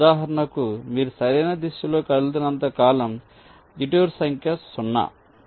ఉదాహరణకు మీరు సరైన దిశలో కదులుతున్నంత కాలం డిటూర్ సంఖ్య 0